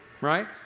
right